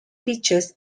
pitches